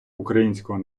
українського